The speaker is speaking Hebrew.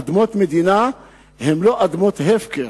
אדמות מדינה הן לא אדמות הפקר.